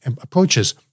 approaches